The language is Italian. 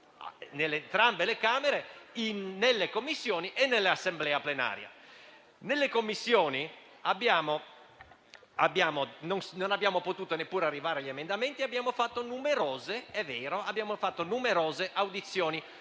Nelle Commissioni non siamo potuti neppure arrivare agli emendamenti; è vero, abbiamo fatto numerose audizioni,